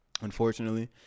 Unfortunately